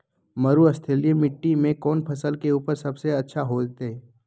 मरुस्थलीय मिट्टी मैं कौन फसल के उपज सबसे अच्छा होतय?